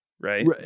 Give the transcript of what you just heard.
right